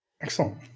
Excellent